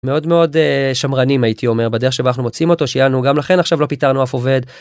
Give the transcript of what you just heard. מאוד מאוד שמרנים הייתי אומר בדרך שבה אנחנו מוצאים אותו שיענו גם לכן עכשיו לא פיטרנו אף עובד.